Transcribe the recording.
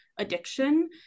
addiction